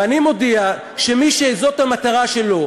ואני מודיע שמי שזאת המטרה שלו,